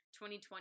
2020